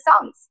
songs